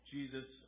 Jesus